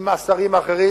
עם השרים האחרים,